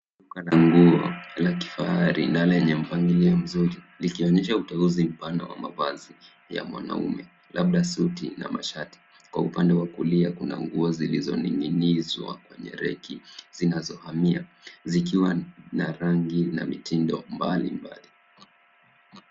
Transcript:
Duka la kifahari la lenye mpangilio mzuri, likionyesha uteuzi mpana wa mavazi ya wanaume labda suti na mashati. Kwa upande wa kulia kuna nguo zilizoning'inizwa kwenye reki zinazohamia zikiwa na rangi na mitindo mbalimbali.